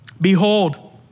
Behold